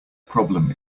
problem